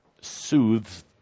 soothes